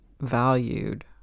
valued